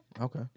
Okay